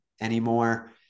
anymore